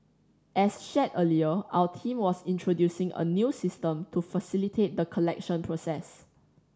as shared earlier our team was introducing a new system to facilitate the collection process